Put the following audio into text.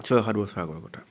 ছয় সাত বছৰৰ আগৰ কথা